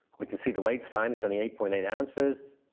we can see the weight's fine, it's only eight point eight ounces,